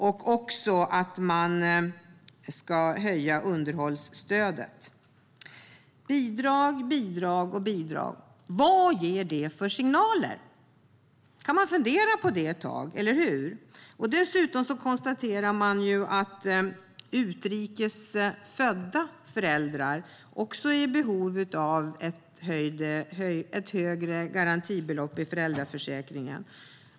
Dessutom vill man höja underhållsstödet. Det är bidrag, bidrag, bidrag. Vad ger det för signaler? Dessutom konstaterar regeringen att utrikes födda föräldrar också är i behov av ett högre garantibelopp i föräldraförsäkringen.